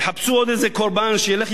יחפשו עוד איזה קורבן שילך,